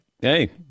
hey